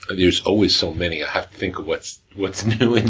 there's always so many, i have to think of what's what's new